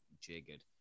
jiggered